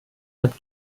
hat